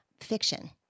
fiction